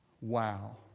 Wow